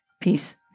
Peace